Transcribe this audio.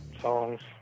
songs